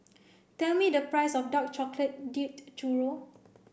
tell me the price of Dark Chocolate Dipped Churro